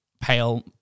pale